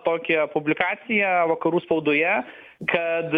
tokią publikaciją vakarų spaudoje kad